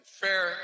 fair